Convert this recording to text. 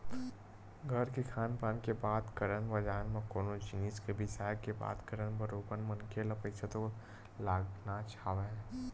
घर के खान पान के बात करन बजार म कोनो जिनिस के बिसाय के बात करन बरोबर मनखे ल पइसा तो लगानाच हवय